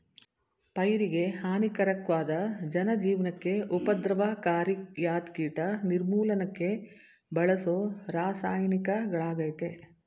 ಪೈರಿಗೆಹಾನಿಕಾರಕ್ವಾದ ಜನಜೀವ್ನಕ್ಕೆ ಉಪದ್ರವಕಾರಿಯಾದ್ಕೀಟ ನಿರ್ಮೂಲನಕ್ಕೆ ಬಳಸೋರಾಸಾಯನಿಕಗಳಾಗಯ್ತೆ